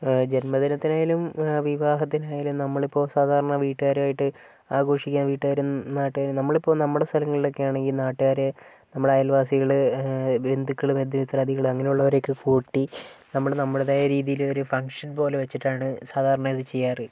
ആ ജന്മദിനത്തിനായാലും വിവാഹത്തിനായാലും നമ്മളിപ്പോൾ സാധാരണ വീട്ടുകാരുമായിട്ട് ആഘോഷിക്കുക വീട്ടുകാരും നാട്ടുകാരും നമ്മളിപ്പോൾ നമ്മുടെ സ്ഥലങ്ങളിലൊക്കെയാണെങ്കിൽ നാട്ടുകാര് നമ്മുടെ അയൽവാസികള് ബന്ധുക്കള് ബന്ധുമിത്രാതികള് അങ്ങനുള്ളവരെയൊക്കെ കൂട്ടി നമ്മള് നമ്മടേതായ രീതിയിലൊരു ഫംഗ്ഷൻ പോലെ വെച്ചിട്ടാണ് സാധാരണ ഇത് ചെയ്യാറ്